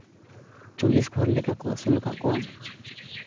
ᱪᱚᱞᱞᱤᱥ ᱜᱷᱚᱨ ᱞᱮᱠᱟ ᱠᱚ ᱟᱹᱥᱩᱞ ᱠᱟᱜ ᱠᱚᱣᱟ